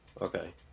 Okay